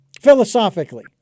Philosophically